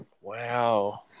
wow